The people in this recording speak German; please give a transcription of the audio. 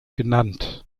genannt